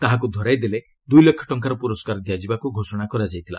ତାହାକୁ ଧରାଇ ଦେଲେ ଦୁଇ ଲକ୍ଷ ଟଙ୍କାର ପୁରସ୍କାର ଦିଆଯିବାକୁ ଘୋଷଣା କରାଯାଇଥିଲା